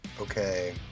Okay